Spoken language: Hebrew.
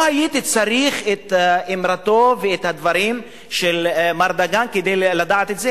לא הייתי צריך את אמירתו ואת הדברים של מר דגן כדי לדעת את זה,